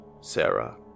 Sarah